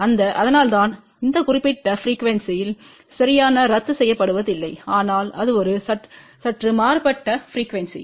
அந்த அதனால்தான் இந்த குறிப்பிட்ட ப்ரிக்யூவென்ஸில் சரியான ரத்து செய்யப்படுவதில்லை ஆனால் அது ஒரு சற்று மாறுபட்ட ப்ரிக்யூவென்ஸி